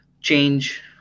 change